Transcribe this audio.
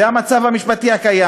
זה המצב המשפטי הקיים.